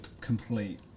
complete